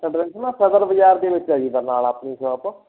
address ਨਾ ਸਦਰ ਬਜ਼ਾਰ ਦੇ ਵਿੱਚ ਆ ਜੀ ਬਰਨਾਲਾ ਆਪਣੀ ਸ਼ੌਪ